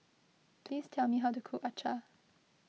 please tell me how to cook Acar